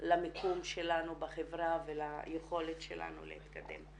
למיקום שלנו בחברה וליכולת שלנו להתקדם.